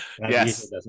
Yes